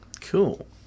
Cool